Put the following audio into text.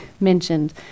mentioned